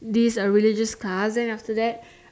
this religious class then after that